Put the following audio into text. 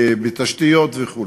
בתשתיות וכו'.